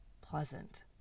pleasant